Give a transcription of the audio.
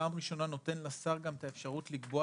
פעם ראשונה נותן לשר גם את האפשרות לקבוע